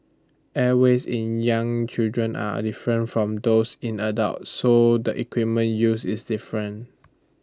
airways in young children are different from those in adults so the equipment use is different